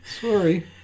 Sorry